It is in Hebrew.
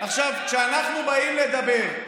כשאנחנו באים לדבר,